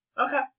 Okay